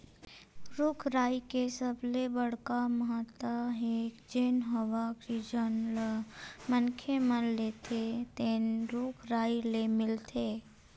रूख राई के सबले बड़का महत्ता हे जेन हवा आक्सीजन ल मनखे मन लेथे तेन रूख राई ले मिलथे